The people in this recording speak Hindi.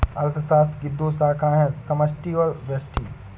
अर्थशास्त्र की दो शाखाए है समष्टि और व्यष्टि